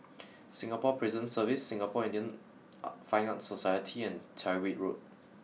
Singapore Prison Service Singapore Indian Fine Arts Society and Tyrwhitt Road